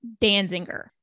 Danzinger